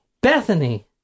Bethany